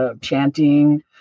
chanting